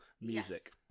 music